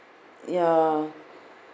ya